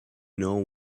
know